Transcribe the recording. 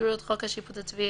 יקראו את חוק השיפוט הצבאי,